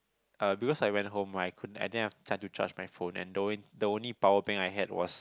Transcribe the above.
uh because I went home right I couldn't I didn't have time to charge my phone and the only the only power bank I had was